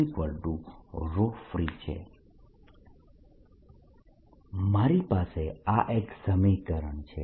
Dfree છે મારી પાસે આ એક સમીકરણ છે